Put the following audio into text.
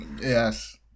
Yes